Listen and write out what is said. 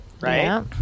right